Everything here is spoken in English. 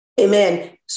Amen